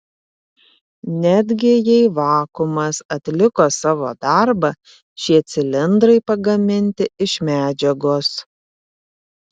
netgi jei vakuumas atliko savo darbą šie cilindrai pagaminti iš medžiagos